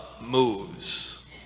moves